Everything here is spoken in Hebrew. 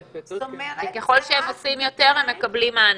וככל שהם עושים יותר הם מקבלים מענק.